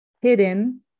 hidden